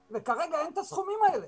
וכרגע אין את הסכומים האלה